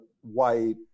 White